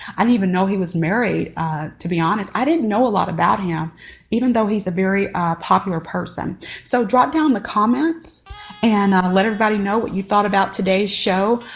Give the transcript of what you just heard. and even know he was married to be honest i didn't know a lot about him even though he's a very popular person so drop down the comments and let everybody know what you thought about today's show.